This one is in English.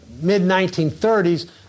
mid-1930s